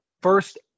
first